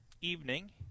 evening